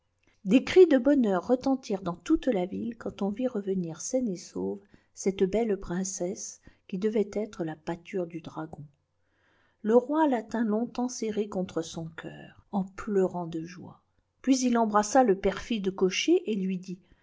des cris de bonheur retentirent dans toute la ville quand on vit revenir saine et sauve cette belle princesse qui devait être la pâture du dragon le roi la tint longtemps serrée contre son cœur en pleurant de joie puis il embrassa le perfide cocher et lui dit